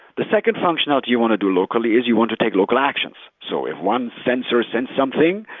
the second functionality you want to do locally is you want to take local actions. so if one sensor sends something,